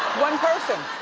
one person.